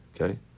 Okay